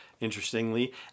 interestingly